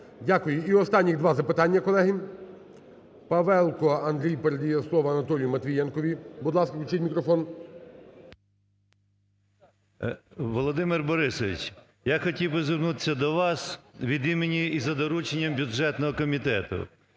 Дякую. І останніх два запитання, колеги. Павелко Андрій передає слово Анатолію Матвієнкові. Будь ласка, включіть мікрофон. 10:52:29 МАТВІЄНКО А.С. Володимир Борисович! Я хотів би звернутись до вас від імені і за дорученням Бюджетного комітету.